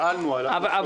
אבל לא משנה,